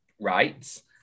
rights